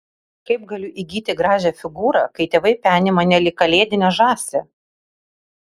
kaip galiu įgyti gražią figūrą kai tėvai peni mane lyg kalėdinę žąsį